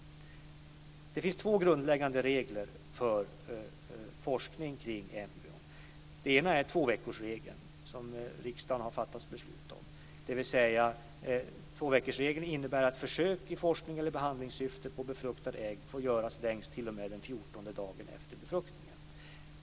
Det finns två grundläggande regler för forskning kring embryon. Den ena är tvåveckorsregeln, som riksdagen har fattat beslut om. Tvåveckorsregeln innebär att försök i forsknings eller behandlingssyfte på befruktade ägg får göras längst t.o.m. den fjortonde dagen efter befruktningen.